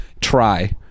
Try